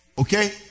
Okay